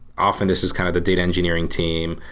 often, this is kind of the data engineering team.